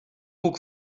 puc